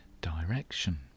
direction